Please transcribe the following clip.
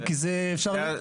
נכון.